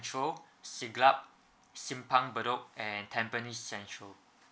siglap simpang bedok and tampines central